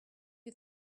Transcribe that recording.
you